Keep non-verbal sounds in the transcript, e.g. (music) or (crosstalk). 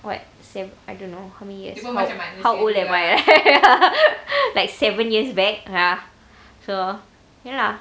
what se~ I don't know how many years how how old am I (laughs) like seven years back ah so ya lah